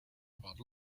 about